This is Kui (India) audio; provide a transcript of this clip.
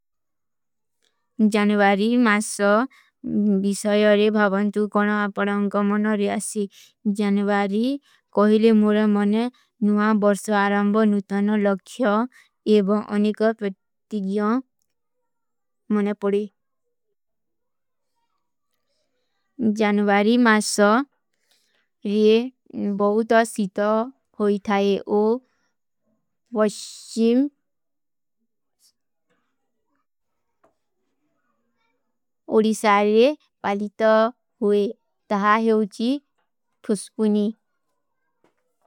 ଜନଵାରୀ ମାସା, ବିଶାଯାରେ ଭାଵନ୍ତୁ କାନା ଅପଡାନ କା ମନା ରିଯାସୀ, ଜନଵାରୀ କୋହିଲେ ମୁରା ମନେ ନୁହାଂ ବର୍ସାରାଂବା ନୁଥାନା ଲଖ୍ଯା, ଏବା ଅନିକା ପ୍ରତିଗ୍ଯାଂ ମନେ ପଡୀ। ଜନଵାରୀ ମାସା, ଭୌଵତା ସିତା ହୋଈ ଥାଯେ ଓ, ଵଶ୍ଚିମ ଓରିସାରେ ବାଲିତା ହୋଈ ତହାଁ ହେଵଚୀ ପୁସ୍ପୁନୀ।